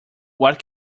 what